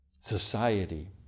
society